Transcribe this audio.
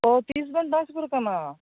ᱚ ᱛᱤᱥᱵᱮᱱ ᱴᱨᱟᱱᱥᱯᱷᱟᱨ ᱟᱠᱟᱱᱟ